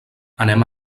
anem